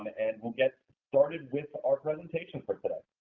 and and we'll get started with our presentation for today.